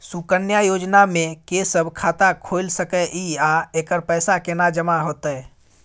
सुकन्या योजना म के सब खाता खोइल सके इ आ एकर पैसा केना जमा होतै?